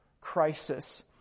crisis